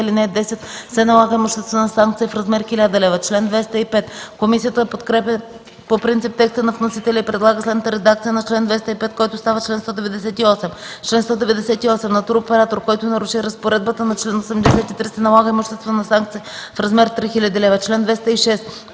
Комисията подкрепя по принцип текста на вносителя и предлага следната редакция на чл. 206, който става чл. 199: „Чл. 199. На туроператор, който наруши разпоредбата на чл. 84, се налага имуществена санкция в размер 3000 лв.”